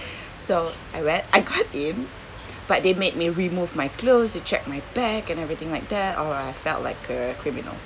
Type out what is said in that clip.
so I went I got in but they made me remove my clothes they checked my bag and everything like that oh I felt like a criminal